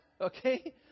Okay